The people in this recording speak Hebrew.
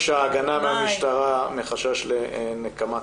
-- היא ביקשה הגנה מהמשטרה מחשש לנקמה.